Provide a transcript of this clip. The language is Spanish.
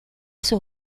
sus